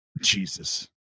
Jesus